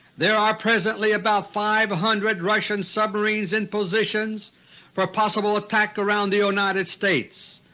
there are presently about five hundred russian submarines in positions for possible attack around the united states.